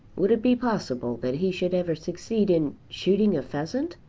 would it be possible that he should ever succeed in shooting a pheasant,